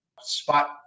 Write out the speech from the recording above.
spot